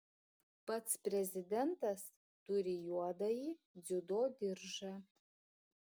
pats prezidentas turi juodąjį dziudo diržą